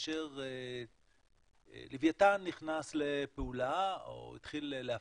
כאשר לווייתן נכנס לפעולה או התחיל להפיק,